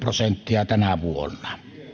prosenttia tänä vuonna